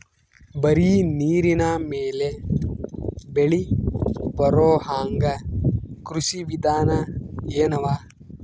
ಬರೀ ನೀರಿನ ಮೇಲೆ ಬೆಳಿ ಬರೊಹಂಗ ಕೃಷಿ ವಿಧಾನ ಎನವ?